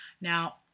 Now